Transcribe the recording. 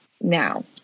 now